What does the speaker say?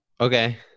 okay